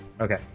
Okay